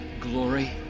glory